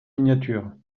miniatures